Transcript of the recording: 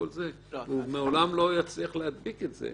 הוא לעולם לא יצליח להדביק את זה.